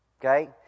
Okay